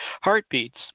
heartbeats